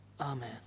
Amen